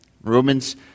Romans